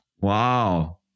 Wow